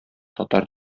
татар